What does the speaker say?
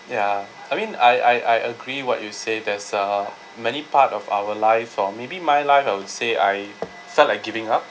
ya I mean I I I agree what you say there's uh many part of our life oh maybe my life I would say I felt like giving up